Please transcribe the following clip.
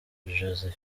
joseph